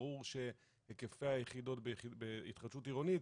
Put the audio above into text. ברור שהיקפי היחידות בהתחדשות עירונית,